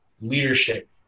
leadership